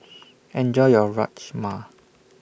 Enjoy your Rajma